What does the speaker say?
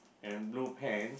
and blue pen